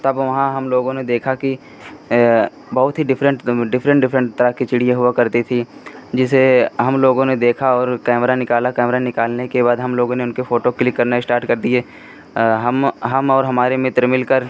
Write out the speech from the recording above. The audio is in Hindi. तब वहाँ हम लोगों ने देखा कि बहुत ही डिफरेंट डिफरेंट डिफरेंट तरह की चिड़ियाँ हुआ करती थी जिसे हम लोगों ने देखा और कैमरा निकाला और कैमरा निकालने के बाद हम लोगों ने उनकी फोटो क्लिक करना स्टार्ट कर दिए हम हम और हमारे मित्र मिलकर